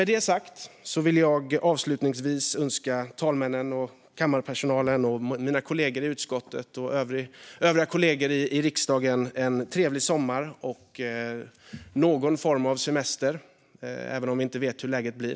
Med det sagt vill jag avslutningsvis önska talmännen, kammarpersonalen, mina kollegor i utskottet och övriga kollegor i riksdagen en trevlig sommar och någon form av semester, även om vi inte vet hur allt blir.